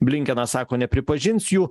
blinkinas sako nepripažins jų